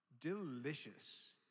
Delicious